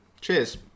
Cheers